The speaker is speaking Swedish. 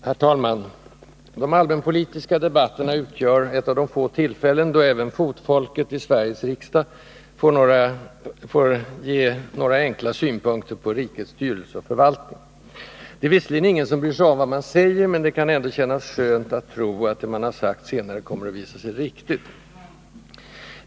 Herr talman! De allmänpolitiska debatterna utgör ett av de få tillfällen då även fotfolket i Sveriges riksdag kan ge några enkla synpunkter på rikets styrelse och förvaltning. Det är visserligen ingen som bryr sig om vad man säger, men det kan ändå kännas skönt att tro att det man sagt senare kommer att visa sig ha varit riktigt.